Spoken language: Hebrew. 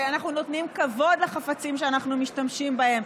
שאנחנו נותנים כבוד לחפצים שאנחנו משתמשים בהם,